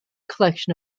collection